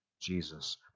Jesus